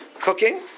cooking